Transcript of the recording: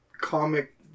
comic